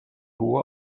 hohe